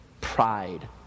pride